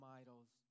idols